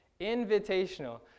Invitational